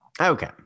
okay